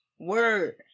Word